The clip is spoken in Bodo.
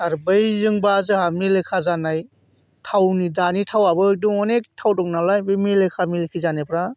आरो बैजोंबा जोंहा मेलेखा जानाय थावनि दानि थावाबो अनेक थाव दं नालाय बै मेलेखा मेलेखि जानायफ्रा